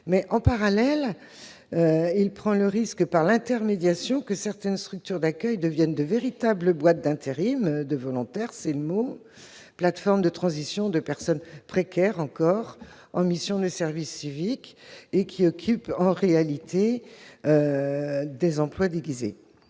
Mais en parallèle, il prend le risque, par l'intermédiation, que certaines structures d'accueil ne deviennent de véritables boîtes d'intérim de volontaires, qui seraient des plates-formes de transition pour des personnes précaires en mission de service civique, mais occupant en réalité des emplois déguisés.